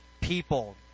people